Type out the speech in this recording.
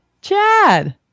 Chad